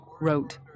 wrote